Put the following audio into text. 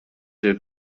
lill